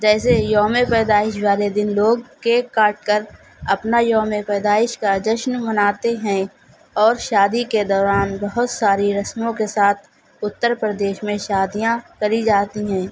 جیسے یوم پیدائش والے دن لوگ کیک کاٹ کر اپنا یوم پیدائش کا جشن مناتے ہیں اور شادی کے دوران بہت ساری رسموں کے ساتھ اتّر پردیش میں شادیاں کری جاتی ہیں